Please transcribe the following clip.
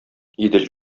идел